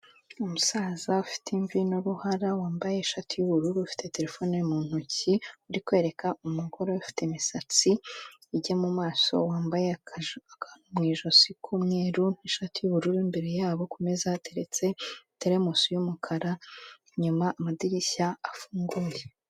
Umusaza ufite imvi n'uruhara, wambaye ishati y'ubururu, ufite terefone mu ntoki, uri kwereka umugore ufite imisatsi ijya maso, wambaye akantu mu ijosi k'umweru n'ishati y'ubururu, imbere yabo ku meza hateretse teremusi y'umukara, inyuma amadirishya afunguye.